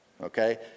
okay